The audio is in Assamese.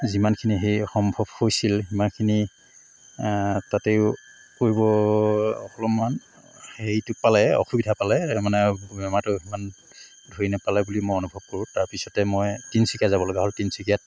যিমানখিনি সেই সম্ভৱ হৈছিল সিমানখিনি তাতেও ফুৰিব অলপমান হেৰিটো পালে অসুবিধা পালে মানে বেমাৰটো ইমান ধৰি নাপালে বুলি মই অনুভৱ কৰোঁ তাৰপিছতে মই তিনিচুকীয়াত যাব লগা হ'ল তিনিচুকীয়াত